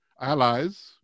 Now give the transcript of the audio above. allies